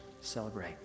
Celebrate